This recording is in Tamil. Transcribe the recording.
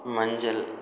மஞ்சள்